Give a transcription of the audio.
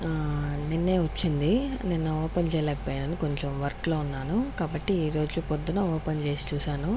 నిన్నే వచ్చింది నిన్న ఓపెన్ చేయలేకపోయాను కొంచెం వర్క్లో ఉన్నాను కాబట్టి ఈరోజు పొద్దున ఓపెన్ చేసి చూసాను